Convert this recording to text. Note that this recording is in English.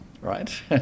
right